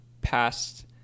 past